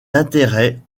d’intérêts